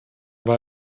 war